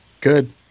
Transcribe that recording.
Good